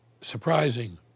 Surprising